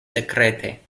sekrete